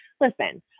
listen